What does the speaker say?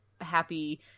happy